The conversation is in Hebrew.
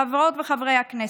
חברות וחברי הכנסת,